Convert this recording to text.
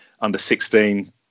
under-16